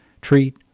treat